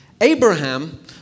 Abraham